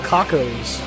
Cacos